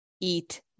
eat